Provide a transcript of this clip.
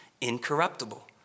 incorruptible